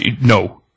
no